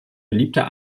beliebter